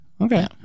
okay